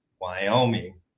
Wyoming